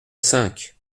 cinq